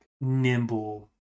nimble